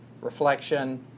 reflection